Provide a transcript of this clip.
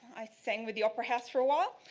i sang with the opera house for a while.